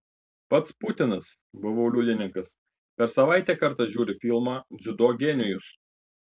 pats putinas buvau liudininkas per savaitę kartą žiūri filmą dziudo genijus